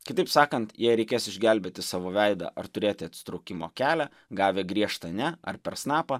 kitaip sakant jei reikės išgelbėti savo veidą ar turėti atsitraukimo kelią gavę griežtą ne ar per snapą